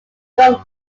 gun